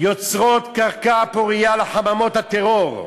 יוצרות קרקע פורייה לחממות הטרור.